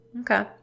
Okay